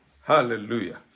Hallelujah